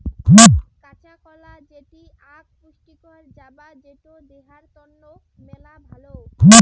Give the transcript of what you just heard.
কাঁচা কলা যেটি আক পুষ্টিকর জাবা যেটো দেহার তন্ন মেলা ভালো